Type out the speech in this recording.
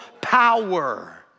power